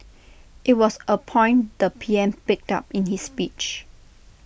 IT was A point the P M picked up in his speech